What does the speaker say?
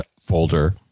folder